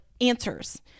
answers